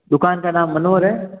दुकान का नाम मनोहर है